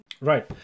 right